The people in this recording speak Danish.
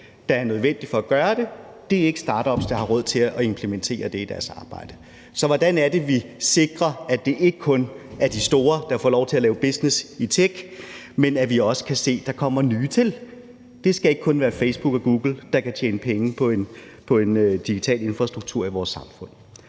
der er nødvendig for at gøre det, har startups ikke råd til at implementere i deres arbejde. Så hvordan er det, vi sikrer, at det ikke kun er de store, der får lov til at lave mere business i tech, men at vi også ser, at der kommer nye til? Det skal ikke kun være Facebook og Google, der kan tjene penge på en digital infrastruktur i vores samfund.